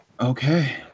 Okay